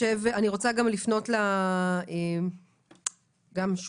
מבקשת לפנות למרכז לשלטון המקומי,